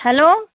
hello